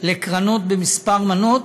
לקרנות בכמה מנות,